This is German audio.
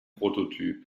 prototyp